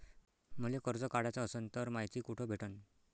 मले कर्ज काढाच असनं तर मायती कुठ भेटनं?